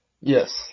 Yes